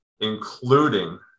including